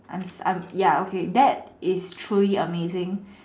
I'm I'm ya okay that is truly amazing